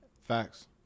Facts